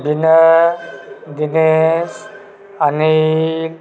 Vinay Dinesh Anil